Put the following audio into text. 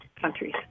countries